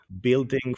Building